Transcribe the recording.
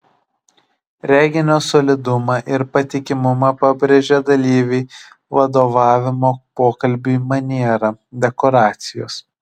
reginio solidumą ir patikimumą pabrėžia dalyviai vadovavimo pokalbiui maniera dekoracijos